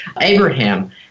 Abraham